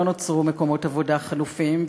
לא נוצרו מקומות עבודה חלופיים,